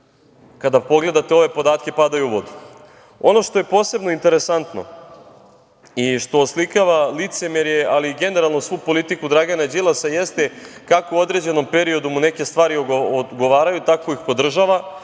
kada pogledate ove podatke padaju u vodu. Ono što je posebno interesantno, i što oslikava licemerje, ali i generalno, svu politiku Dragana Đilasa, jeste kako u određenom periodu mu neke stvari odgovaraju, tako ih podržava,